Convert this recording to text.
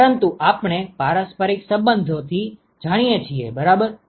પરંતુ આપણે પારસ્પરિક સંબંધો થી જાણીએ છીએ બરાબર